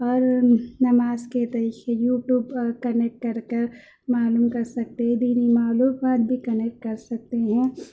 اور نماز کے طریقے یو ٹیوب پر کنکٹ کر کر معلوم کرسکتے ہیں دینی معلومات بھی کنیکٹ کر سکتے ہیں